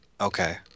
Okay